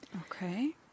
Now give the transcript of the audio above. Okay